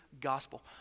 gospel